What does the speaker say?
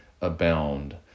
abound